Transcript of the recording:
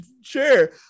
sure